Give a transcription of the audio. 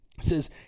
says